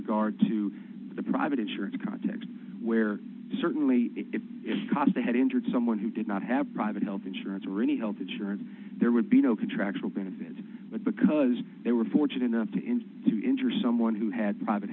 regard to the private insurance context where certainly it is because they had entered someone who did not have private health insurance or any health insurance there would be no contractual benefit but because they were fortunate enough to enter someone who had private